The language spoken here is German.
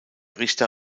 richter